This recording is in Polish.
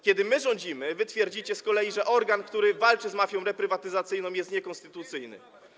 Kiedy my rządzimy, wy twierdzicie z kolei, że organ, który walczy z mafią reprywatyzacyjną, jest niekonstytucyjny.